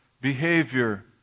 behavior